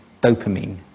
dopamine